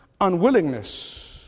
unwillingness